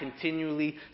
continually